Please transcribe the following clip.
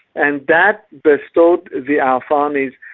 and that bestowed the al thanis,